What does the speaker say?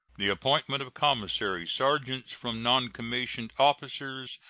the appointment of commissary sergeants from noncommissioned officers,